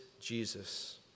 Jesus